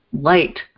light